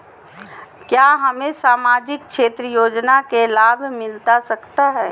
क्या हमें सामाजिक क्षेत्र योजना के लाभ मिलता सकता है?